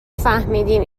فهمیدیم